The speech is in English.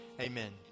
amen